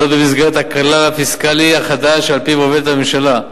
זאת במסגרת הכלל הפיסקלי החדש שעל-פיו עובדת הממשלה.